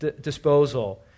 disposal